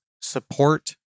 support